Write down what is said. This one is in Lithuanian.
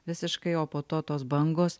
visiškai o po to tos bangos